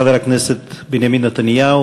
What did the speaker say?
חבר הכנסת בנימין נתניהו,